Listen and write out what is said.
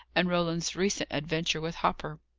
and roland's recent adventure with hopper.